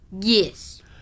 Yes